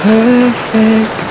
Perfect